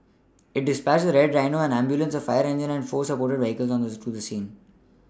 it dispatched a red Rhino an ambulance a fire engine and four support vehicles to the scene